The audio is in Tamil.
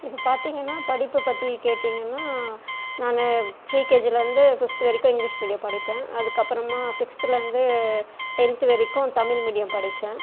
இப்போ பார்த்திங்கன்னா படிப்பு பற்றி கேட்டீங்கன்னா நான் ப்ரீ கேஜியிலேருந்து ஃபிஃப்த்து வரைக்கும் இங்கிலீஷ் மீடியம் படித்தேன் அதுக்கப்புறமா சிக்ஸ்த்துலேருந்து டென்த்து வரைக்கும் தமிழ் மீடியம் படித்தேன்